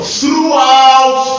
throughout